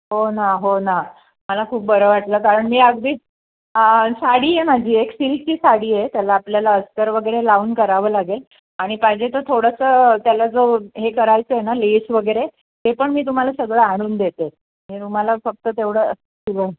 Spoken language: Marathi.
हो ना हो ना मला खूप बरं वाटलं कारण मी अगदीच साडी आहे माझी एक सिल्कची साडी आहे त्याला आपल्याला अस्तर वगैरे लावून करावं लागेल आणि पाहिजे तर थोडंसं त्याला जो हे करायचं आहे ना लेस वगैरे ते पण मी तुम्हाला सगळं आणून देते मी तुम्हाला फक्त तेवढं